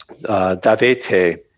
Davete